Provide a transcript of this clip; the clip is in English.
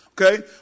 Okay